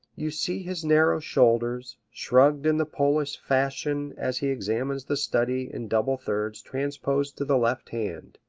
you see his narrow shoulders, shrugged in the polish fashion as he examines the study in double-thirds transposed to the left hand!